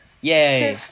Yay